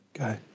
Okay